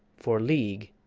for league,